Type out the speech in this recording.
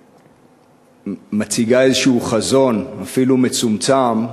שמציגה איזשהו חזון, אפילו מצומצם,